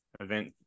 event